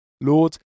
Lord